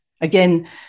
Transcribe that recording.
Again